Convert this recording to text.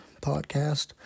podcast